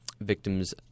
victims